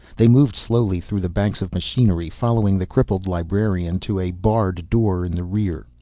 they moved slowly through the banks of machinery, following the crippled librarian to a barred door in the rear.